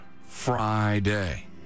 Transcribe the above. Friday